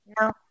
No